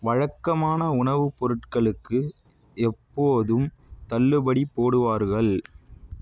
வழக்கமான உணவுப் பொருட்களுக்கு எப்போதும் தள்ளுபடி போடுவார்கள்